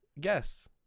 guess